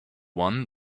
one